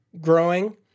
growing